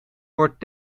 wordt